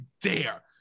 dare